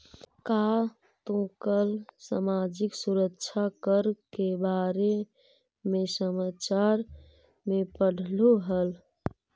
का तू कल सामाजिक सुरक्षा कर के बारे में समाचार में पढ़लू हल